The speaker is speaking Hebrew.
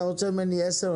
אתה רוצה ממני 10%,